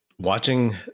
Watching